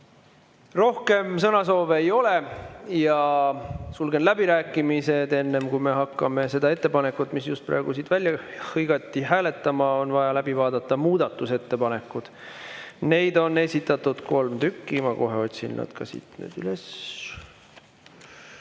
Rohkem sõnasoove ei ole, sulgen läbirääkimised. Enne kui me hakkame seda ettepanekut, mis just praegu siit välja hõigati, hääletama, on vaja läbi vaadata muudatusettepanekud. Neid on esitatud kolm tükki, ma kohe otsin need üles.